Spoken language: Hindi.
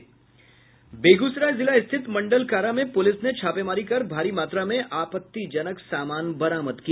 बेगूसराय जिला स्थित मंडल कारा में पुलिस ने छापेमारी कर भारी मात्रा में आपत्तिजनक समान बरामद किया